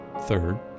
Third